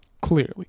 clearly